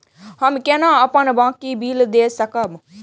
हम केना अपन बाँकी बिल देख सकब?